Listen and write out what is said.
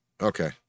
Okay